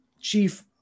chief